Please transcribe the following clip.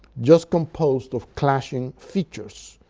just composed of clashing features.